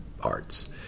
arts